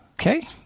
Okay